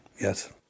Yes